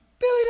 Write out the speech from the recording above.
Billy